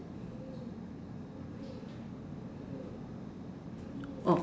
orh